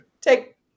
Take